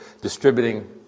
distributing